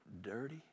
dirty